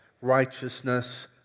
righteousness